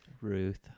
Ruth